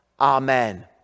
amen